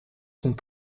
sont